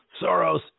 Soros